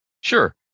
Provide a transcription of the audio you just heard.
Sure